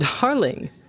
Darling